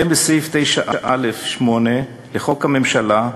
לסעיף 9(א)(8) לחוק הממשלה,